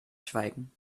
schweigen